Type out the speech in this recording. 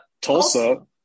Tulsa